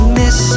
miss